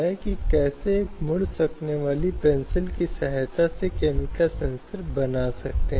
लेकिन जैसे कि कोई आर्थिक परिणाम नुकसान नहीं हैं जो खंड में शामिल हैं